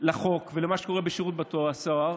לחוק ולמה שקורה בשירות בתי הסוהר,